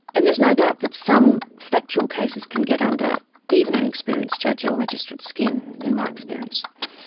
and there's no doubt that some factual cases can get under even an experienced judge or magistrate's skin, in my experience.